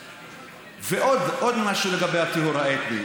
עוד משהו לגבי הטיהור האתני,